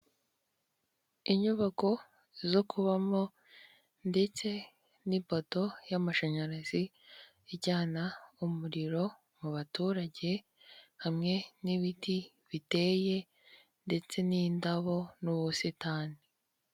Inyubako zo kubamo, ndetse n'ipoto y'amashanyarazi, ijyana umuriro mu baturage, hamwe n'ibiti biteye, ndetse n'indabo, n'ubusitani.